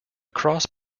cross